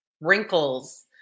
wrinkles